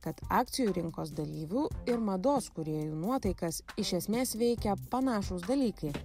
kad akcijų rinkos dalyvių ir mados kūrėjų nuotaikas iš esmės veikia panašūs dalykai